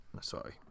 Sorry